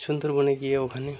সুন্দরবনে গিয়ে ওখানে